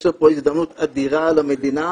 יש פה הזדמנות אדירה למדינה